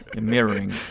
mirroring